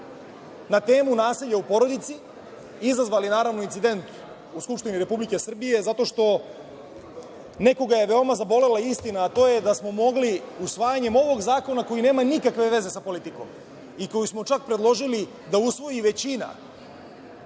na temu - Nasilje u porodici, izazvali incident u Skupštini Republike Srbije zato što nekoga je veoma zabolela istina, a to je da smo mogli usvajanjem ovog zakona koji nema nikakve veze sa politikom i koji smo čak predložili da usvoji većina.